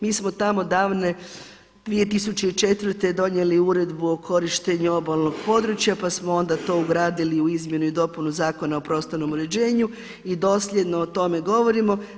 Mi smo tamo davne 2004. donijeli uredbu o korištenju obalnog područja pa smo to onda ugradili u izmjenu i dopunu Zakona o prostornom uređenju i dosljedno o tome govorimo.